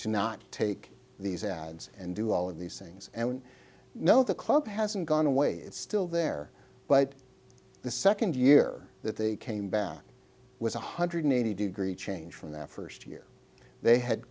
to not take these ads and do all of these things and we know the club hasn't gone away it's still there but the second year that they came back with one hundred eighty degree change from that first year they had